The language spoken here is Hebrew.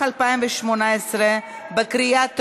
התשע"ח 2018, בקריאה טרומית.